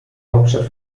hauptstadt